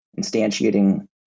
instantiating